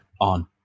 on